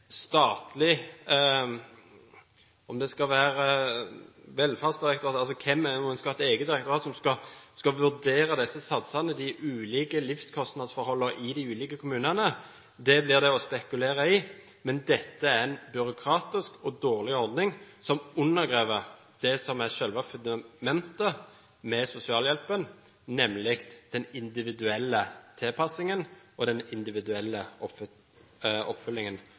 statlig velferdsdirektorat. Skal man ha et eget direktorat som skal vurdere disse satsene og de ulike livskostnadsforholdene i de ulike kommunene – det blir å spekulere – blir det en byråkratisk og dårlig ordning, som undergraver det som er selve fundamentet med sosialhjelpen, nemlig den individuelle tilpassingen og oppfølgingen.